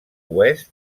oest